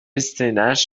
سینهاش